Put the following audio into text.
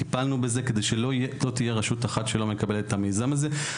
טיפלנו בזה כדי שלא תהיה רשות אחת שלא מקבלת את המיזם הזה.